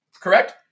Correct